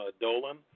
Dolan